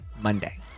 Monday